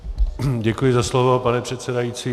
Děkuji za slovo, pane předsedající.